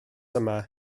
yma